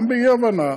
גם באי-הבנה